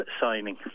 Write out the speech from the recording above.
signing